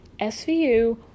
SVU